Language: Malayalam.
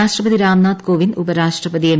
രാഷ്ട്രപതി രാംനാഥ് കോവിന്ദ് ഉപരാഷ്ട്രപതി എം